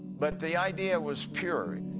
but the idea was pure,